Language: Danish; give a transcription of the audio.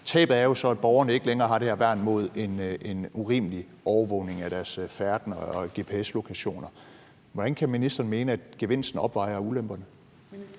Tabet er jo så, at borgerne ikke længere har det her værn mod en urimelig overvågning af deres færden og gps-lokationer. Hvordan kan ministeren mene, at gevinsten opvejer ulemperne?